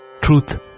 truth